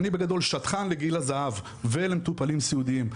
אני בגדול שדכן לגיל הזהב, ולמטופלים סיעודיים,